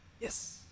Yes